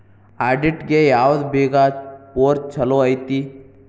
ಆಡಿಟ್ಗೆ ಯಾವ್ದ್ big four ಚಲೊಐತಿ?